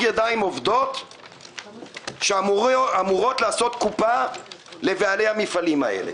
ידיים עובדות שאמורות לעשות קופה לבעלי המפעלים האלה.